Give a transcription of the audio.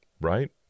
right